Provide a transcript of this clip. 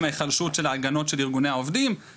עכשיו כשאומרים הצעירים רוצים גמישות